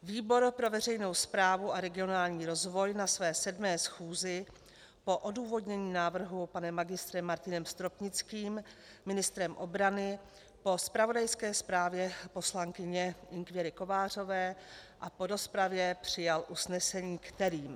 Výbor pro veřejnou správu a regionální rozvoj na své 7. schůzi po odůvodnění návrhu panem magistrem Martinem Stropnickým, ministrem obrany, po zpravodajské zprávě poslankyně Ing. Věry Kovářové a po rozpravě přijal usnesení, kterým: